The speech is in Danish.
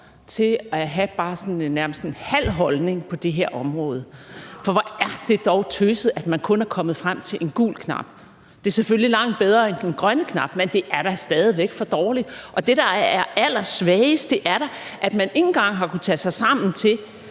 sådan en nærmest halv holdning på det her område. For hvor er det dog tøset, at man kun er kommet frem til en gul knap. Det er selvfølgelig langt bedre end den grønne knap, men det er da stadig væk for dårligt. Det, der er allersvagest, er da, at man ikke engang har kunnet tage sig sammen til